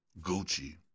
Gucci